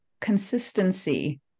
consistency